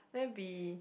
then it'll be